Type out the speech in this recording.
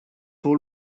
all